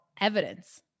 evidence